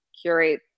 curate